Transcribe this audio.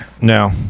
No